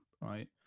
right